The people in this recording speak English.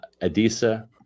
Adisa